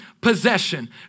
possession